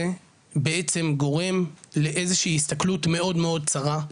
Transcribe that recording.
והדבר הזה גורם לאיזו שהיא הסתכלות מאוד מאוד צרה,